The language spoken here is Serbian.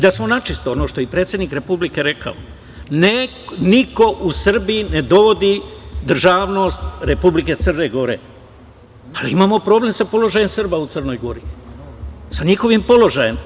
Da smo načisto, ono što je i predsednik Republike rekao, niko u Srbiji ne dovodi državnost Republike Crne Gore, ali imamo problem sa položajem Srba u Crnoj Gori, sa njihovim položajem.